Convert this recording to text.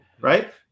right